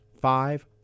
five